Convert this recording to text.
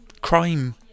crime